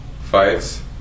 Fights